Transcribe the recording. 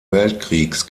weltkriegs